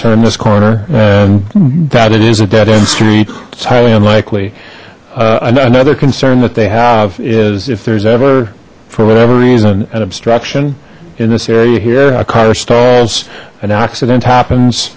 turn this corner and that it is a dead end street it's highly unlikely another concern that they have is if there's ever for whatever reason an obstruction in this area here a car stalls an accident happens